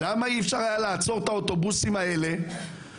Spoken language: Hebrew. למה אי אפשר היה לעצור את האוטובוסים האלה שם?